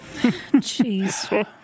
Jeez